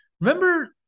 remember